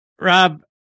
Rob